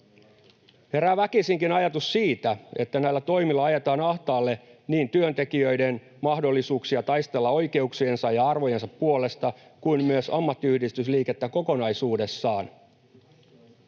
Herää väkisinkin ajatus siitä, että näillä toimilla ajetaan ahtaalle niin työntekijöiden mahdollisuuksia taistella oikeuksiensa ja arvojensa puolesta kuin myös ammattiyhdistysliikettä kokonaisuudessaan.